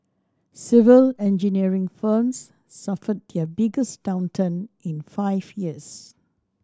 civil engineering firms suffered their biggest downturn in five years